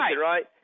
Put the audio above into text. right